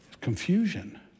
Confusion